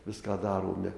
viską darome